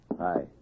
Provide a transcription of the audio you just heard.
Hi